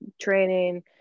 training